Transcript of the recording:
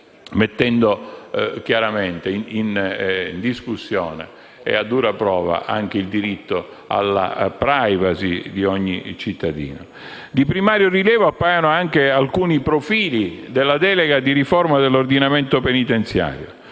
mettendo chiaramente in discussione e a dura prova anche il diritto alla *privacy* di ogni cittadino. Di primario rilievo appaiono anche alcuni profili della delega per la riforma dell'ordinamento penitenziario.